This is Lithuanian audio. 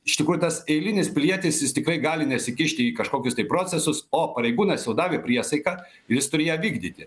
iš tikrųjų tas eilinis pilietis jis tikrai gali nesikišti į kažkokius tai procesus o pareigūnas jau davė priesaiką jis turi ją vykdyti